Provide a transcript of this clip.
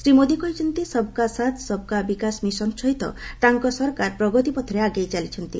ଶ୍ରୀ ମୋଦି କହିଛନ୍ତି ସବ୍କା ସାଥ୍ ସବ୍କା ବିକାଶ ମିଶନ ସହିତ ତାଙ୍କ ସରକାର ପ୍ରଗତିପଥରେ ଆଗେଇ ଚାଲିଛନ୍ତି